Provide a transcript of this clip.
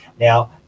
Now